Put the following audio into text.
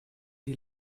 die